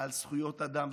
על זכויות אדם?